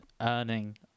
earning